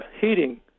heating